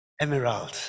Emerald